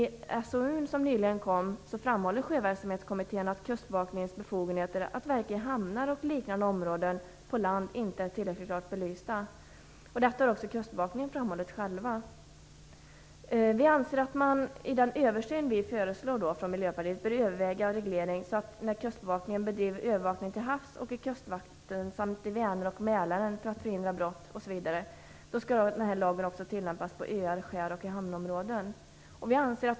I den författning som nyligen kom framhåller Sjöverksamhetskommittén att kustbevakningens befogenheter att verka i hamnar och liknande områden på land inte är tillräckligt klart belysta. Detta har också kustbevakningen själv framhållit.